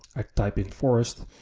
i type in forest,